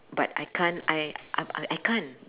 but I can't I I I can't